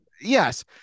Yes